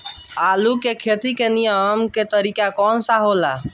आलू के खेती के नीमन तरीका कवन सा हो ला?